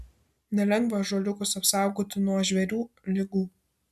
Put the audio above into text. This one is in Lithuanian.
nelengva ąžuoliukus apsaugoti nuo žvėrių ligų